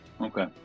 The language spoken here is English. okay